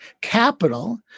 capital